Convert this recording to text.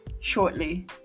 shortly